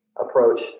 approach